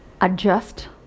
adjust